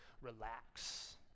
relax